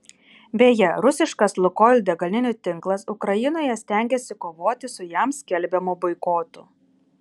beje rusiškas lukoil degalinių tinklas ukrainoje stengiasi kovoti su jam skelbiamu boikotu